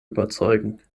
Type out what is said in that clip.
überzeugen